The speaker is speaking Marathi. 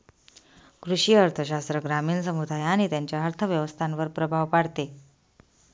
कृषी अर्थशास्त्र ग्रामीण समुदाय आणि त्यांच्या अर्थव्यवस्थांवर प्रभाव पाडते